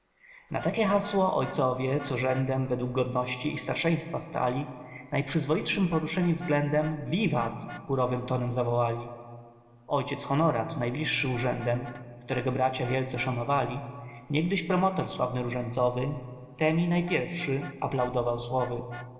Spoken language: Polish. na takie hasło ojcowie co rzędem według godności i starszeństwa stali najprzyzwoitszym poruszeni względem wiwat chórowym tonem zawołali ojciec honorat najbliższy urzędem którego bracia wielce szanowali niegdyś promotor sławny różańcowy temi najpierwszy aplaudował słowy